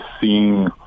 seeing